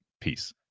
Peace